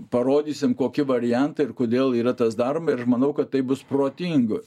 parodysim kokie variantai ir kodėl yra tas daroma ir aš manau kad tai bus protinga